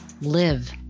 live